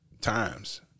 times